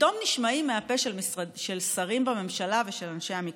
פתאום נשמעים מהפה של שרים בממשלה ושל אנשי המקצוע,